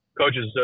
coaches